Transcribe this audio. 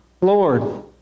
Lord